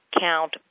count